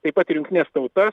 taip pat ir jungtines tautas